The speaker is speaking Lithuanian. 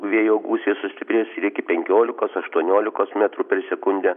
vėjo gūsiai sustiprės ir iki penkiolikos aštuoniolikos metrų per sekundę